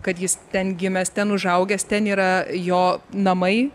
kad jis ten gimęs ten užaugęs ten yra jo namai